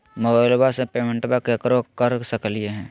मोबाइलबा से पेमेंटबा केकरो कर सकलिए है?